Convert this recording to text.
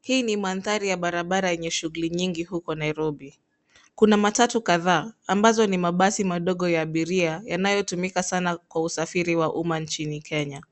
Hii ni mandhari ya barabara yenye shughuli nyingi huko Nairobi. Kuna matatu kadhaa ambazo ni mabasi madogo ya abiria yanayotumika sana kwa usafiri wa umma nchini Kenya.